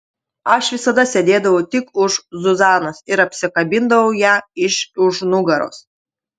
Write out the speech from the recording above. aš visada sėdėdavau tik už zuzanos ir apsikabindavau ją iš už nugaros